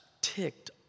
ticked